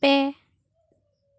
ᱯᱮ